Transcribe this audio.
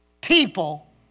people